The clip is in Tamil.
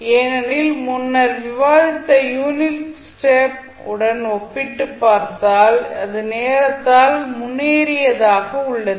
ஏனென்றால் முன்னர் விவாதித்த யூனிட் ஸ்டெப் உடன் ஒப்பிட்டுப் பார்த்தால் அது நேரத்தால் முன்னேறியதாக உள்ளது